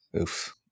Oof